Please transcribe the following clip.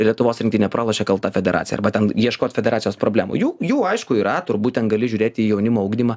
lietuvos rinktinė pralošė kalta federacija arba ten ieškos federacijos problemų jų jų aišku yra turbūt ten gali žiūrėti į jaunimo ugdymą